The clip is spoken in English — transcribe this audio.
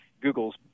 Google's